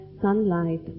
sunlight